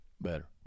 better